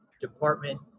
department